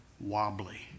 wobbly